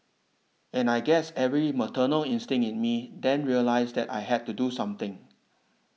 and I guess every maternal instinct in me then realised that I had to do something